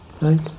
Right